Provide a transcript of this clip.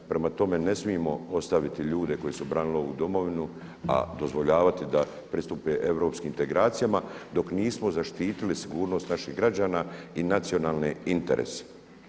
Prema tome, ne smijemo ostaviti ljude koji su branili ovu domovinu, a dozvoljavati da pristupe europskim integracijama dok nismo zaštitili sigurnost naših građana i nacionalne interese.